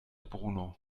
bruno